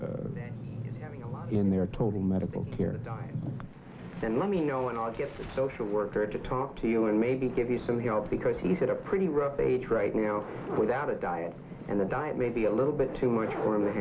me in their total medical care then let me know and i'll get social worker to talk to you and maybe give you some help because he's got a pretty rough age right now without a diet and the diet may be a little bit too much for him